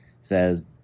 says